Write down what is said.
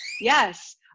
yes